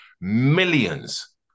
millions